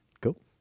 Cool